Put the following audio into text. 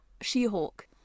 she-hulk